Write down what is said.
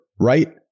right